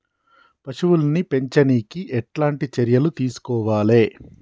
పశువుల్ని పెంచనీకి ఎట్లాంటి చర్యలు తీసుకోవాలే?